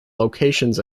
locations